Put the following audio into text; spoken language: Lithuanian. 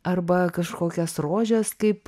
arba kažkokias rožes kaip